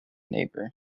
neighbour